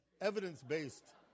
evidence-based